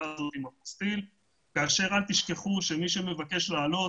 הזאת עם האפוסטיל כאשר אל תשכחו שמי שמבקש לעלות,